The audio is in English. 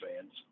fans